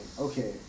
Okay